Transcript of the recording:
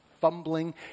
fumbling